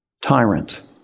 tyrant